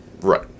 Right